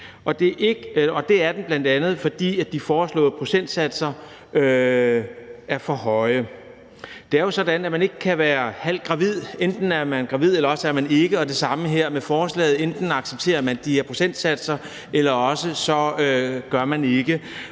det er bl.a., fordi de foreslåede procentsatser er for høje. Det er jo sådan, at man ikke kan være halvt gravid, enten er man gravid, eller også er man det ikke, og det samme gælder med forslaget her, altså at enten accepterer man de her procentsatser eller også gør man det